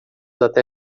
até